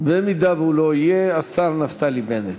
אם הוא לא יהיה, השר נפתלי בנט.